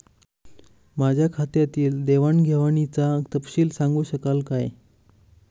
माझ्या खात्यातील देवाणघेवाणीचा तपशील सांगू शकाल काय?